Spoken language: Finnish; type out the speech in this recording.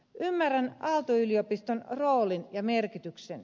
ymmärrän aalto yliopiston roolin ja merkityksen